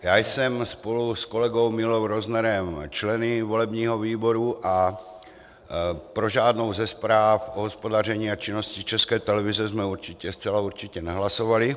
Já jsem spolu s kolegou Mílou Roznerem členem volebního výboru a pro žádnou ze zpráv o hospodaření a činnosti České televize jsme zcela určitě nehlasovali.